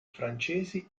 francesi